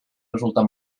resultar